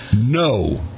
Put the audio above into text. no